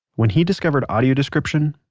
when he discovered audio description,